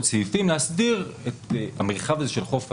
סעיפים להסדיר את המרחב הזה של חוף הים,